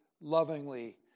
lovingly